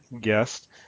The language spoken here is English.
guest